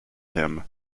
him